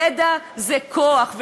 ידע זה כוח,